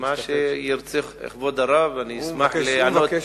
כבוד הרב, אשמח להיענות.